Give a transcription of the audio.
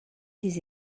des